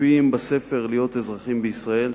מופיעים בספר "להיות אזרחים בישראל",